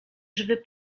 żywy